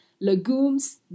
legumes